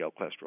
cholesterol